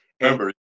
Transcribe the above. Remember